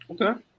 Okay